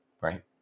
Right